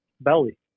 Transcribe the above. belly